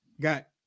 got